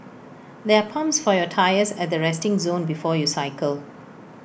there are pumps for your tyres at the resting zone before you cycle